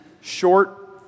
short